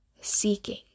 seeking